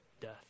death